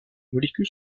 molécules